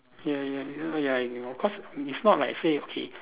ya ya you know ya you know cause it's not like you say okay